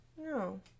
No